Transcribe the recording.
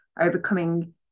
overcoming